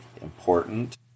important